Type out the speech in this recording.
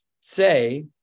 say